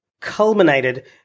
culminated